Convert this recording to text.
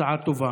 הצעה טובה.